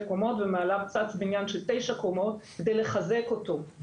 שתי קומות ומעליו צץ בניין של תשע קומות כדי לחזק אותו.